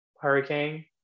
hurricane